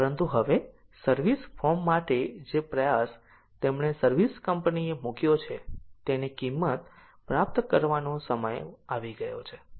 પરંતુ હવે service form માટે જે પ્રયાસ તેમણે સર્વિસ કંપનીએ મુક્યો છે તેની કિંમત પ્રાપ્ત કરવાનો સમય આવી ગયો છે